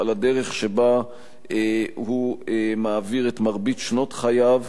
על הדרך שבה הוא מעביר את מרבית שנות חייו.